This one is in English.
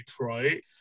right